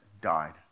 died